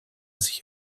sich